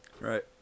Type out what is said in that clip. Right